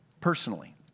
personally